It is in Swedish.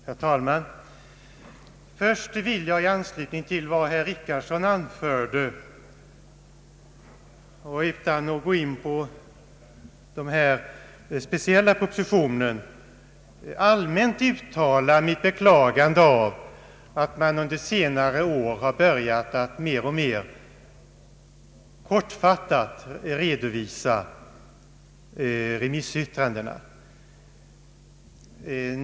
Herr talman! Först vill jag i anslutning till vad herr Richardson anförde — utan att gå in på denna speciella proposition — allmänt uttala mitt beklagande av att man under senare år har börjat att mer och mer kortfattat redovisa remissyttrandena.